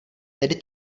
tedy